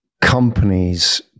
companies